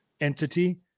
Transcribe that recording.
entity